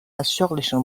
ازشغلشون